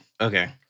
okay